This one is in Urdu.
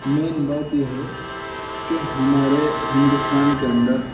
مین بات یہ ہے کہ ہمارے ہندوستان کے اندر